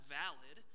valid